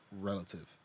relative